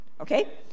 okay